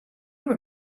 were